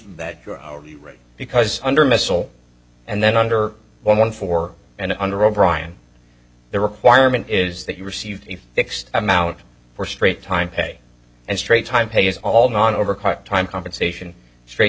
that your hourly rate because under missile and then under one four and under o'brian the requirement is that you receive a fixed amount for straight time pay and straight time pay is all non over time compensation straight